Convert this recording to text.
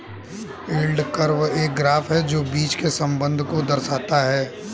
yield curve एक graph है जो बीच के संबंध को दर्शाता है